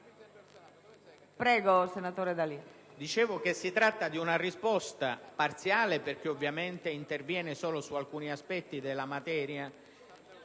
Come dicevo, si tratta di una risposta, parziale perché ovviamente interviene solo su alcuni aspetti della materia,